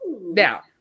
Now